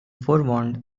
forewarned